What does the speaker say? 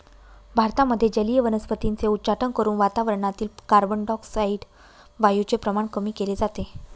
भारतामध्ये जलीय वनस्पतींचे उच्चाटन करून वातावरणातील कार्बनडाय ऑक्साईड वायूचे प्रमाण कमी केले जाते